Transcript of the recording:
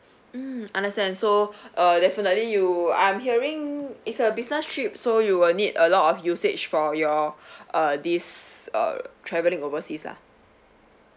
mm understand so uh definitely you I'm hearing it's a business trip so you will need a lot of usage for your uh this uh travelling overseas lah